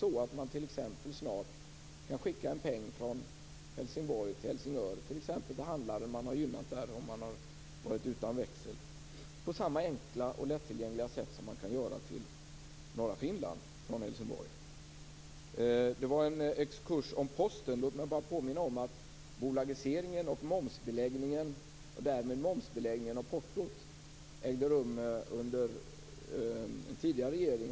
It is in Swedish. Man skulle då snart kunna skicka en peng från Helsingborg till Helsingör, t.ex. till de handlare som man har gynnat där när man har varit utan växel, på samma enkla och lättillgängliga sätt som man kan göra till norra Finland från Helsingborg. Det var en exkurs om Posten. Låt mig bara påminna om att bolagiseringen och momsbeläggningen, och därmed momsbeläggningen av portot, ägde rum under en tidigare regering.